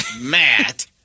Matt